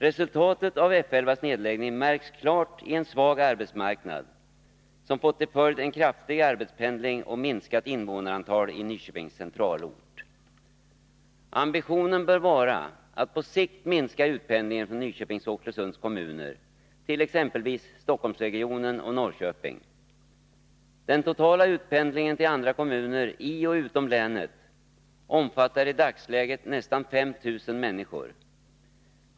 Resultatet av F 11:s nedläggning märks klart i en svag arbetsmarknad, som fått till följd en kraftig arbetspendling och ett minskat invånarantal i Nyköpings centralort. Ambitionen bör vara att på sikt minska den utpendling som äger rum från Nyköpings och Oxelösunds kommuner till exempelvis Stockholmsregionen och Norrköping. Den totala utpendlingen till andra kommuner i och utom länet omfattar i dagsläget nästan 5 000 människor.